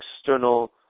external